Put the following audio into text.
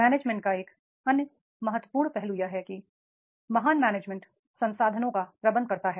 management का एक अन्य महत्वपूर्ण पहलू यह है कि महान मैनेजमेंट संसाधनों का प्रबंध कर रहा है